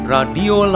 Radio